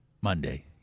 Monday